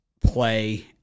play